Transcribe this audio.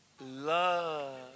love